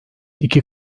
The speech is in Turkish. iki